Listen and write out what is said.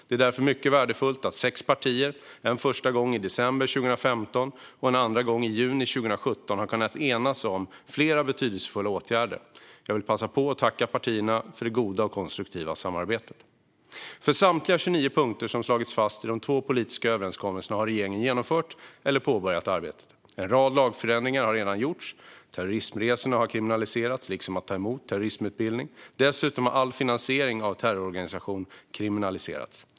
Det är därför mycket värdefullt att sex partier en första gång i december 2015 och en andra gång i juni 2017 har kunnat enas om flera betydelsefulla åtgärder. Jag vill passa på att tacka partierna för det goda och konstruktiva samarbetet. För samtliga 29 punkter som slagits fast i de två politiska överenskommelserna har regeringen genomfört eller påbörjat arbetet. En rad lagförändringar har redan gjorts. Terrorismresorna har kriminaliserats liksom att ta emot terrorismutbildning. Dessutom har all finansiering av en terrororganisation kriminaliserats.